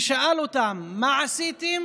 שאל אותם: מה עשיתם